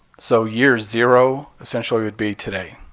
so year zero essentially would be today.